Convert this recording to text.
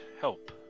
help